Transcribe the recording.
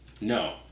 No